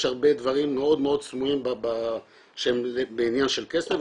הרבה דברים מאוד סמויים בעניין של כסף,